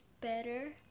better